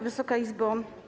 Wysoka Izbo!